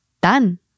done